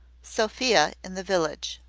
sophia in the village.